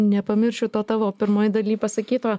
nepamiršiu to tavo pirmoj daly pasakyto